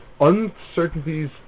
uncertainties